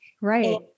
right